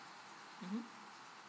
mm